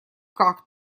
как